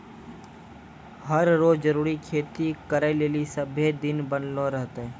हर रो जरूरी खेती करै लेली सभ्भे दिन बनलो रहतै